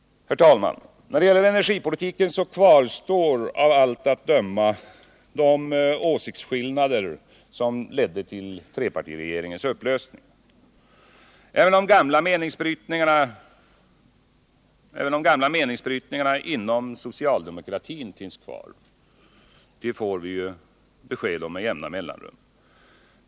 När det gäller energipolitiken kvarstår av allt att döma de åsiktsskillnader som ledde till trepartiregeringens upplösning. Även de gamla meningsbrytningarna inom socialdemokratin finns kvar. Det får vi besked om med jämna mellanrum.